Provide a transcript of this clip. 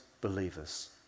believers